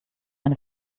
eine